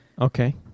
Okay